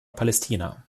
palästina